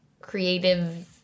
creative